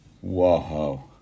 Whoa